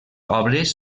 obres